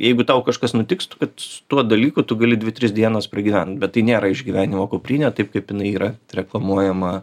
jeigu tau kažkas nutiks tu kad su tuo dalyku tu gali dvi tris dienas pragyvent bet tai nėra išgyvenimo kuprinė taip kaip jinai yra reklamuojama